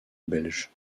belge